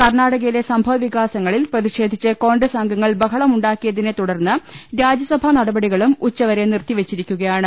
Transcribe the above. കർണാടകയിലെ സംഭവ വികാസങ്ങളിൽ പ്രതിഷേധിച്ച് കോൺഗ്രസ് അംഗങ്ങൾ ബഹളം ഉണ്ടാക്കിയതിനെ തുടർന്ന് രാജ്യ സഭാനടപടികളും ഉച്ചവരെ നിർത്തിവെച്ചിരിക്കുകയാണ്